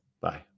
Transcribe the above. Bye